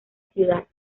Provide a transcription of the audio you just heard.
ciudad